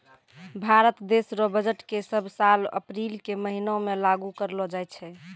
भारत देश रो बजट के सब साल अप्रील के महीना मे लागू करलो जाय छै